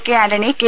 K Antony K